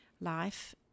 Life